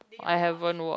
I haven't watch